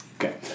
Okay